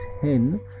ten